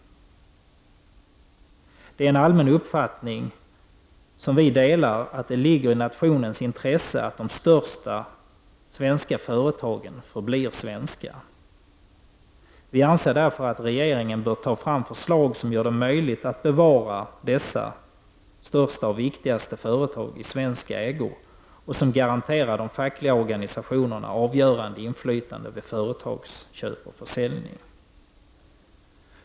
Det är en allmän uppfattning som vi delar att det ligger i nationens intresse att de största svenska företagen förblir svenska. Vi anser därför att regeringen bör ta fram förslag som gör det möjligt att bevara de största och viktigaste företa gen i svensk ägo och som garanterar de fackliga organisationerna ett avgörande inflytande vid företagsköp och försäljning.